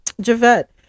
Javette